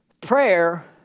Prayer